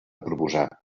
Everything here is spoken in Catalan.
proposar